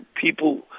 people